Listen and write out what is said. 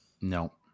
No